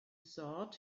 sought